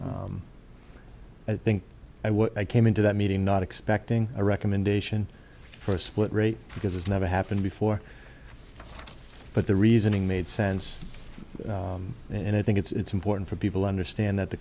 me i think i would i came into that meeting not expecting a recommendation for a split rate because it's never happened before but the reasoning made sense and i think it's important for people understand that the